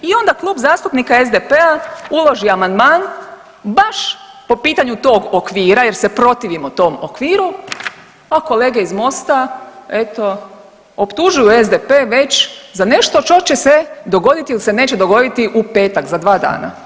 I onda Klub zastupnika SDP-a uloži amandman baš po pitanju tog okvira jer se protivimo tom okviru, a kolege iz MOST-a eto optužuju SDP već za nešto što će se dogoditi ili se neće dogoditi u petak, za dva dana.